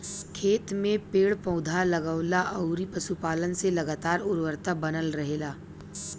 खेत में पेड़ पौधा, लगवला अउरी पशुपालन से लगातार उर्वरता बनल रहेला